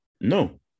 no